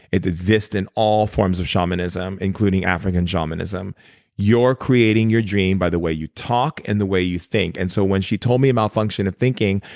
it exists in all forms of shamanism including african shamanism you're creating your dream by the way you talk and the way you think. and so when she told me malfunction of thinking,